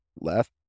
left